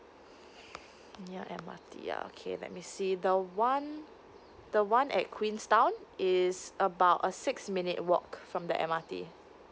near M_R_T ya okay let me see the one the one at queenstown is about a six minute walk from the M_R_T